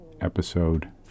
Episode